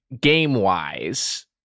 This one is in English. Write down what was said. game-wise